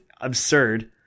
absurd